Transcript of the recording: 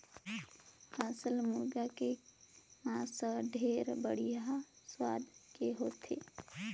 असेल मुरगा के मांस हर ढेरे बड़िहा सुवाद के होथे